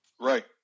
right